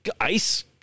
ice